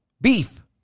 Beef